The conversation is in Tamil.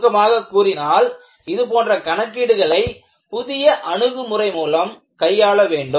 சுருக்கமாக கூறினால் இதுபோன்ற கணக்கீடுகளை புதிய அணுகுமுறை மூலம் கையாள வேண்டும்